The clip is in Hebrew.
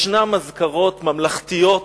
יש אזכרות ממלכתיות